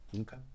Okay